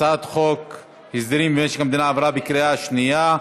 הצעת חוק הסדרים במשק המדינה עברה בקריאה שנייה.